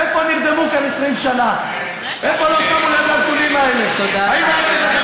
הלכת עם מה שנכון לטובת האזרח.